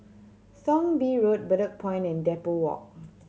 Thong Bee Road Bedok Point and Depot Walk